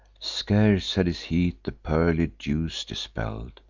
scarce had his heat the pearly dews dispell'd,